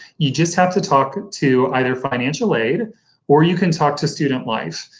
you just have to talk to either financial aid or you can talk to student life,